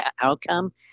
outcome